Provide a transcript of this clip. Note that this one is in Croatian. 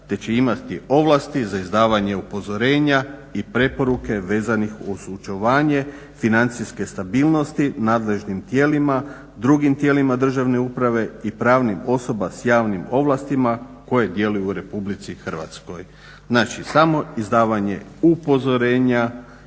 te će imati ovlasti za izdavanje upozorenje i preporuke vezanih uz očuvanje financijske stabilnosti nadležnim tijelima, drugim tijelima državne uprave i pravnih osoba s javnim ovlastima koje djeluju u Republici Hrvatskoj. Znači samo izdavanje upozorenja